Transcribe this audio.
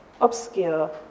obscure